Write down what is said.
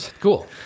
Cool